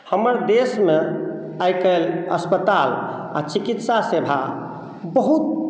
हमर देशमे आइकाल्हि अस्पताल आ चिकित्सा सेवा बहुत